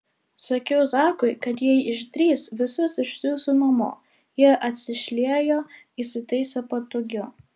sakiau zakui kad jei išdrįs visus išsiųsiu namo ji atsišliejo įsitaisė patogiau